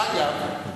אגב,